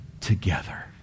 together